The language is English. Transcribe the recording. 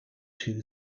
two